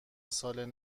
سال